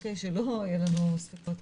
שלא יהיה לנו ספקות,